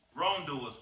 wrongdoers